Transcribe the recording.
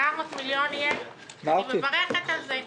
אני מברכת על זה.